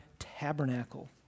tabernacle